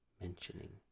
mentioning